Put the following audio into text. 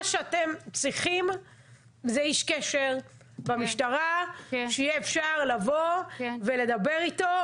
מה שאתם צריכים זה איש קשר במשטרה שיהיה אפשר לבוא ולדבר איתו,